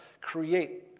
create